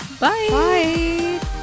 bye